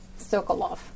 Sokolov